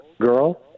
girl